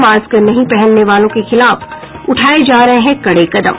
mask नहीं पहनने वालों के खिलाफ उठाये जा रहे हैं कड़े कदम